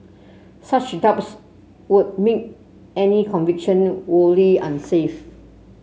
such doubts would make any conviction wholly unsafe